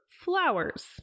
flowers